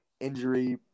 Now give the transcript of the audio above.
injury